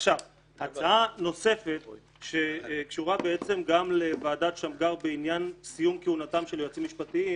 הצעה נוספת שקשורה גם לוועדת שמגר בעניין סיום כהונתם של יועצים משפטיים